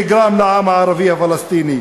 יתקן את העוול ההיסטורי שנגרם לעם הערבי הפלסטיני.